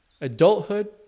adulthood